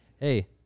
Hey